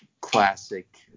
classic